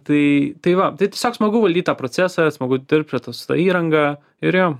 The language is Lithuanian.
tai tai va tai tiesiog smagu valdyt tą procesą smagu dirbt prie to su ta įranga ir jo